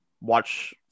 watch